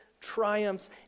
triumphs